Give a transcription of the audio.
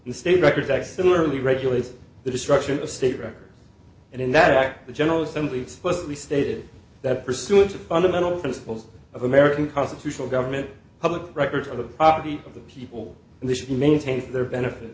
the state records act similarly regulates the destruction of state records and in that act the general assembly explicitly stated that pursuant to fundamental principles of american constitutional government public records of the property of the people and they should be maintained their benefit